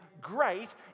great